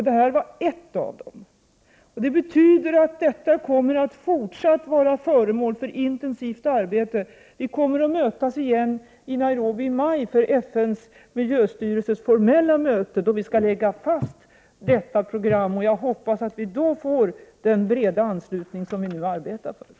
Detta var ett av dem. Det betyder att det i fortsättningen kommer att vara föremål för intensivt arbete. Vi kommer att mötas igen i Nairobi i maj, när FN:s miljöstyrelses formella möte skall äga rum. Vid detta möte skall det här programmet läggas fast. Jag hoppas att vi då får den breda anslutning som vi nu arbetar för.